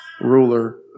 ruler